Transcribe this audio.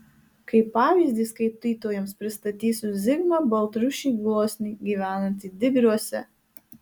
kaip pavyzdį skaitytojams pristatysiu zigmą baltrušį gluosnį gyvenantį digriuose